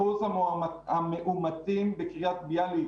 אחוז המאומתים בקריית ביאליק,